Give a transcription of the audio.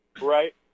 right